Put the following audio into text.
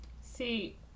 See—